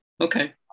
Okay